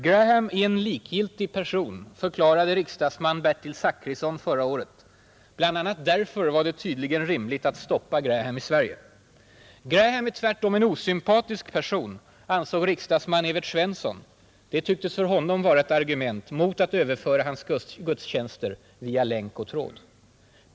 Graham är en ”likgiltig” person, förklarade riksdagsman Bertil Zachrisson förra året; bl.a. därför var det tydligen rimligt att stoppa Graham i Sverige. Graham är tvärtom en osympatisk person, ansåg riksdagsman Evert Svensson; det tycktes för honom vara ett argument mot att överföra hans gudstjänster via länk och tråd.